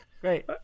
Great